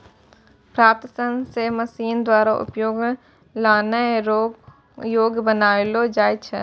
प्राप्त सन से मशीन द्वारा उपयोग लानै रो योग्य बनालो जाय छै